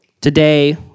Today